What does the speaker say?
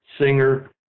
singer